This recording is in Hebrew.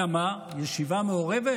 אלא מה, ישיבה מעורבת?